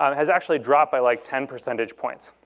um has actually dropped by like ten percentage points.